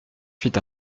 fît